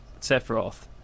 Sephiroth